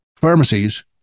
pharmacies